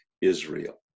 Israel